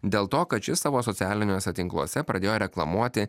dėl to kad ši savo socialiniuose tinkluose pradėjo reklamuoti